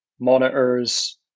monitors